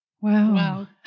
Wow